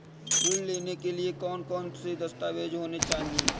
ऋण लेने के लिए कौन कौन से दस्तावेज होने चाहिए?